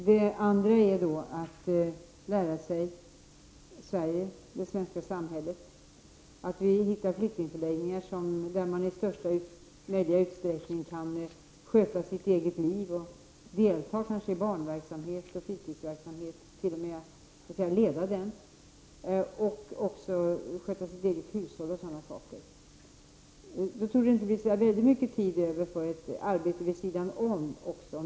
Det handlar även om att de asylsökande skall lära sig mer om Sverige och det svenska samhället. Vi skall också försöka hitta flyktingförläggningar där de asylsökande i största möjliga utsträckning kan sköta sitt eget liv och kanske delta i barnverksamhet och fritidsverksamhet och t.o.m. leda verksamehten och där de kan sköta sitt eget hushåll, m.m. Då torde det inte bli så mycket tid över för ett arbete vid sidan om.